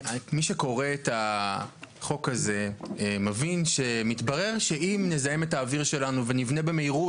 מי שקורא את החוק הזה מבין שמתברר שאם נזהם את האוויר שלנו ונבנה במהירות